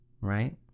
right